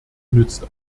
nützt